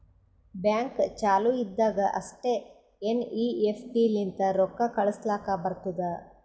bank ಚಾಲು ಇದ್ದಾಗ್ ಅಷ್ಟೇ ಎನ್.ಈ.ಎಫ್.ಟಿ ಲಿಂತ ರೊಕ್ಕಾ ಕಳುಸ್ಲಾಕ್ ಬರ್ತುದ್